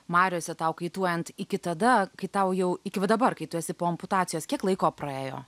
mariose tau kaituojant iki tada kai tau jau iki va dabar kai tu esi po amputacijos kiek laiko praėjo